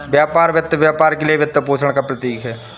व्यापार वित्त व्यापार के लिए वित्तपोषण का प्रतीक है